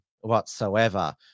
whatsoever